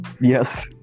Yes